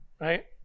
right